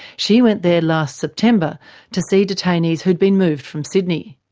she went there last september to see detainees who'd been moved from sydney.